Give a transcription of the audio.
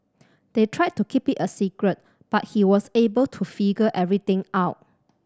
they tried to keep it a secret but he was able to figure everything out